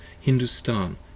Hindustan